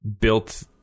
built